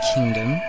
Kingdom